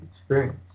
experience